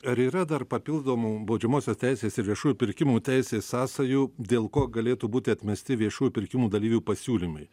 ar yra dar papildomų baudžiamosios teisės ir viešųjų pirkimų teisės sąsajų dėl ko galėtų būti atmesti viešųjų pirkimų dalyvių pasiūlymai